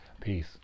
Peace